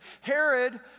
Herod